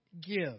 give